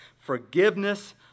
forgiveness